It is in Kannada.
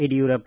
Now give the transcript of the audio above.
ಯಡಿಯೂರಪ್ಪ